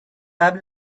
قبل